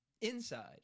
inside